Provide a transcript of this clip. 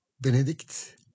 Benedict